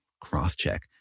cross-check